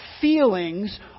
feelings